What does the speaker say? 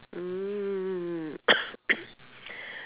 mm